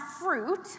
fruit